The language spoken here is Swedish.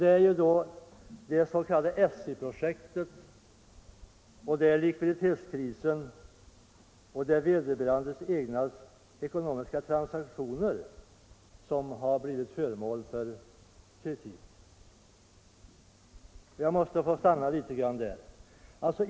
Det är det s.k. ESSI-projektet, likviditetskrisen och vederbörandes egna ekonomiska transaktioner som har blivit föremål för kritik.